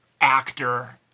actor